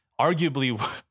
arguably